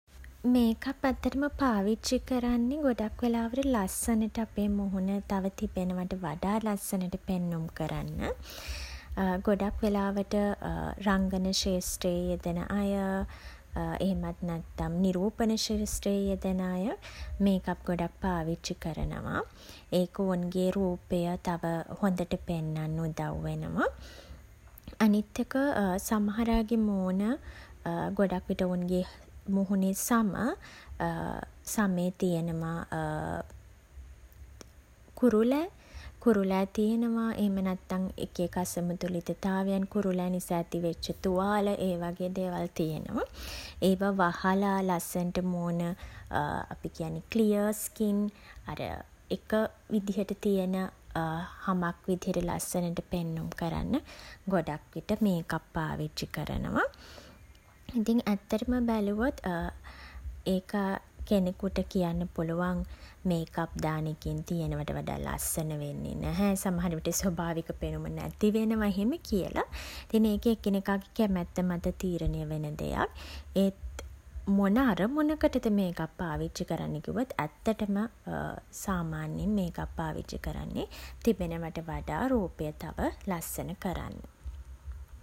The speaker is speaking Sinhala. මේකප් ඇත්තටම පාවිච්චි කරන්නේ ගොඩක් වෙලාවට ලස්සනට අපේ මුහුණ තව තිබෙනවට වඩා ලස්සනට පෙන්නුම් කරන්න. ගොඩක් වෙලාවට රංගන ක්ෂේත්‍රයේ යෙදෙන අය, එහෙමත් නැත්තම් නිරූපණ ක්ෂේත්‍රයේ යෙදෙන අය මේකප් ගොඩක් පාවිච්චි කරනවා. ඒක ඔවුන්ගේ රූපය තව හොඳට පෙන්නන්න උදව් වෙනවා. අනිත් එක සමහර අයගේ මූණ ගොඩක් විට ඔවුන්ගේ මුහුණේ සම සමේ තියෙනවා කුරුලෑ. කුරුලෑ තියෙනවා. එහෙම නැත්නම් එක එක අසමතුලිතතාවයන්, කුරුලෑ නිසා ඇති වෙච්ච තුවාල, ඒ වගේ දේවල් තියෙනවා. ඒවා වහලා ලස්සනට මූණ අපි කියන්නේ ක්ලියර් ස්කින් අර එක විදිහට තියෙන හමක් විදිහට ලස්සනට පෙන්නුම් කරන්න ගොඩක් විට මේකප් පාවිච්චි කරනවා. ඉතින් ඇත්තටම බැලුවොත් ඒක කෙනෙකුට කියන්න පුළුවන් මේකප් දාන එකෙන් තියෙනවට වඩා ලස්සන වෙන්නේ නැහැ. සමහර විට ස්වභාවික පෙනුම නැති වෙනවා, එහෙම කියලා. ඉතින් ඒක එකිනෙකාගේ කැමැත්ත මත තීරණය වෙන දෙයක්. ඒත් මොන අරමුණකටද මේකප් පාවිච්චි කරන්නේ කිව්වොත්, ඇත්තටම සාමාන්‍යයෙන් මේකප් පාවිච්චි කරන්නේ තිබෙනවාට වඩා රූපය තව ලස්සන කරන්න.